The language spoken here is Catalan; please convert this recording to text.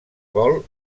vol